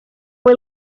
fue